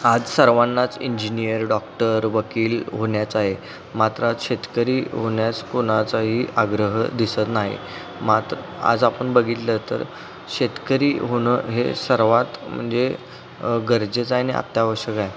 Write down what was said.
आज सर्वांनाच engineer doctor वकील होण्याचं आहे मात्र शेतकरी होण्यास कोणाचाही आग्रह दिसत नाही मात्र आज आपण बघितलं तर शेतकरी होणं हे सर्वात म्हणजे गरजेचं आहे आणि अत्यावश्यक आहे